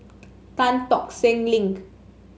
Tan Tock Seng Link